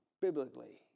Biblically